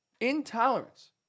Intolerance